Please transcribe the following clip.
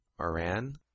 Iran